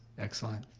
excellent.